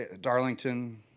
Darlington